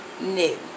new